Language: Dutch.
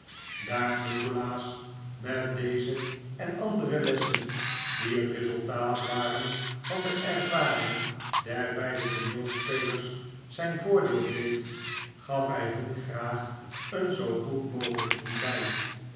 daar nikolaas met deze en andere lessen die het resultaat waren van de ervaring der beide tooneelspelers zijn voordeel deed gaf hij hun graag een zoo goed mogelijk ontbijt